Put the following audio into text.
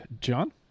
John